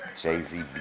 Jay-Z